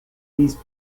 these